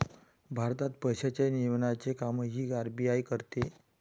भारतात पैशांच्या नियमनाचे कामही आर.बी.आय करते